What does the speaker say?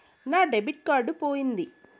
నా debit card పోయింది